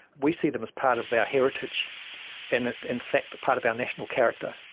we see them as part of our heritage and in fact but part of our national character.